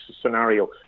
scenario